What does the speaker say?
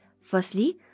Firstly